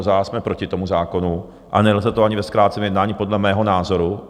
My jsme proti tomu zákonu a nelze to ani ve zkráceném jednání podle mého názoru.